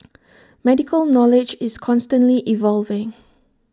medical knowledge is constantly evolving